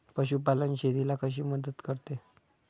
पशुपालन शेतीला कशी मदत करते?